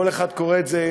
כל אחד קורא את זה,